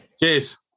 cheers